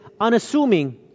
unassuming